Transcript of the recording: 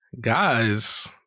Guys